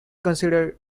considered